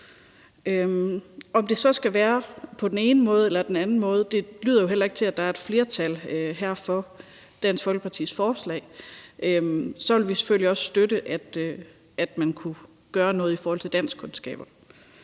Om det så skal være på den ene måde eller den anden måde – det lyder jo heller ikke til, at der er et flertal her for Dansk Folkepartis forslag – vil vi selvfølgelig også støtte, at man kunne gøre noget i forhold til danskkundskaber.